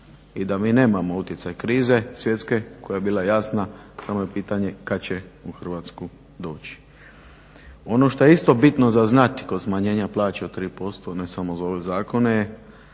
i da mi nemamo utjecaj krize svjetske koja je bila jasna, samo je pitanje kad će u Hrvatsku doći. Ono što je isto bitno za znati kod smanjenja plaće od 3% ne samo za ove zakone